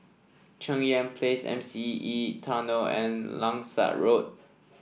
Cheng Yan Place M C E Tunnel and Langsat Road